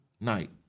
night